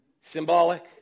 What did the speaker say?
Symbolic